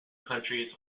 countries